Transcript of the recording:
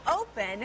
open